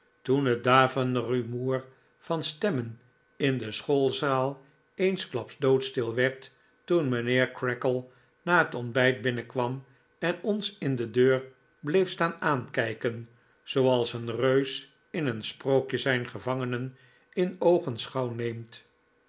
toen het daverende rumoer van stemmen in de schoolzaal eensklaps doodstil werd toen mijnheer creakle na het ontbijt binnenkwam en ons in de deur bleef staan aankijken zooals een reus in een sprookje zijn gevangenen in oogenschouw neemt